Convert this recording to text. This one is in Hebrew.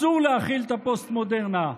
אסור להכיל את הפוסט-מודרנה.